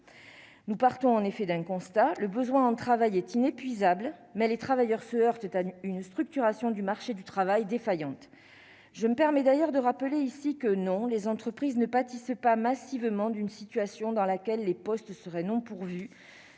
nous partons en effet d'un constat : le besoin travail est inépuisable, mais les travailleurs se heurtait à une structuration du marché du travail défaillantes, je me permet d'ailleurs de rappeler ici que non les entreprises ne pâtissent pas massivement d'une situation dans laquelle les postes seraient non pourvus,